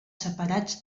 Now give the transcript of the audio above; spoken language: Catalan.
separats